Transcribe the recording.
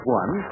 one